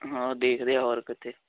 ਆ ਦੇਖਦੇ ਆ